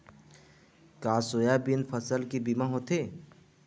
का सोयाबीन फसल के बीमा होथे?